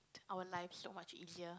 our life is so much easier